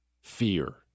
fear